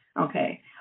Okay